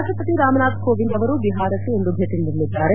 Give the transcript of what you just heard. ರಾಷ್ಟ್ರಪತಿ ರಾಮನಾಥ ಕೋವಿಂದ್ ಅವರು ಬಿಹಾರಕ್ಕೆ ಇಂದು ಭೇಟಿ ನೀಡಲಿದ್ದಾರೆ